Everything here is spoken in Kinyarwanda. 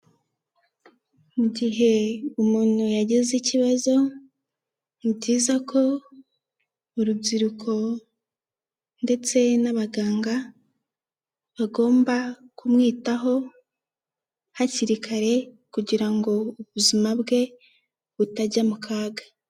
Mu gihe umuntu yagize ikibazo, ni byiza ko urubyiruko ndetse n'abaganga bagomba kumwitaho hakiri kare, kugira ngo ubuzima bwe butajya mu kaga.